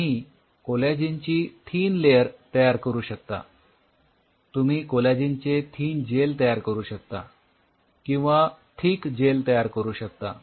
तुम्ही कोलॅजिनची thin layer तयार करू शकता तुम्ही कोलॅजिनचे थीन जेल तयार करू शकता किंवा थीक जेल तयार करू शकता